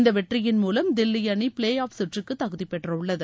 இந்த வெற்றியின் மூலம் தில்லி அணி ஃபிளே ஆஃப் சுற்றுக்கு தகுதி பெற்றுள்ளது